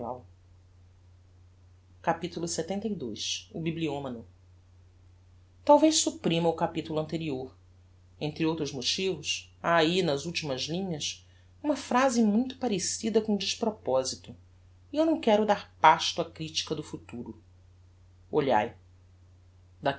carnaval capitulo lxxii o bibliomano talvez supprima o capitulo anterior entre outros motivos ha ahi nas ultimas linhas uma phrase muito parecida com desproposito e eu não quero dar pasto á critica do futuro olhae